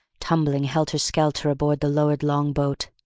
tumbling helter-skelter aboard the lowered long-boat.